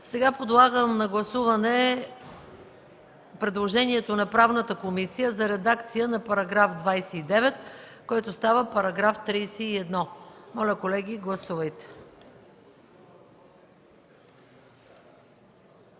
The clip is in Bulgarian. Сега подлагам на гласуване предложението на Правната комисия за редакция на § 29, който става § 31. Моля, гласувайте.